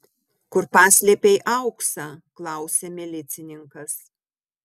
kur paslėpei auksą klausia milicininkas